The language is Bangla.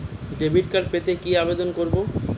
ডেবিট কার্ড পেতে কি ভাবে আবেদন করব?